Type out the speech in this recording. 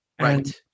Right